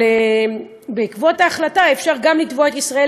אבל בעקבות ההחלטה אפשר גם לתבוע את ישראל